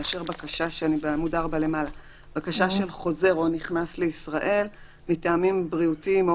לאשר בקשה של חוזר או נכנס לישראל מטעמים בריאותיים או